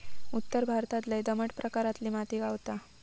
उत्तर भारतात लय दमट प्रकारातली माती गावता